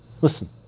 listen